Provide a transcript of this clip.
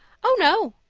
oh, no,